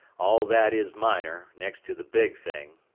all that is minor, next to the big thing.